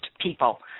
people